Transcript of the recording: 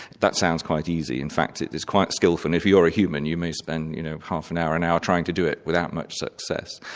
that sounds quite easy in fact it is quite skilful and if you're a human you may spend you know half an hour or an hour trying to do it without much success.